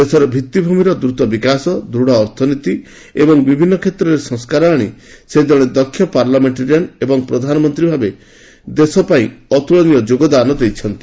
ଦେଶରେ ଭିଭିମିର ଦ୍ରତ ବିକାଶ ଦୂଢ଼ ଅର୍ଥନୀତି ଏବଂ ବିଭିନ୍ନ କ୍ଷେତ୍ରରେ ସଂସ୍କାର ଆଶି ସେ ଜଣେ ଦକ୍ଷ ପାର୍ଲାମେଙ୍କାରିଆନ୍ ଏବଂ ପ୍ରଧାନମନ୍ତ୍ରୀ ଭାବେ ଦେଶପାଇଁ ଅତୁଳନୀୟ ଯୋଗଦାନ ଦେଇଛନ୍ତି